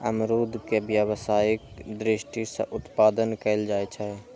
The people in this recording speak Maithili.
अमरूद के व्यावसायिक दृषि सं उत्पादन कैल जाइ छै